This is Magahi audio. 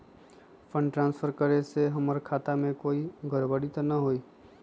फंड ट्रांसफर करे से हमर खाता में कोई गड़बड़ी त न होई न?